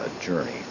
journey